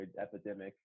epidemic